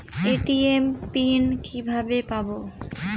ATM PIN কিভাবে পাবো?